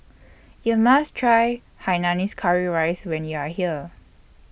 YOU must Try Hainanese Curry Rice when YOU Are here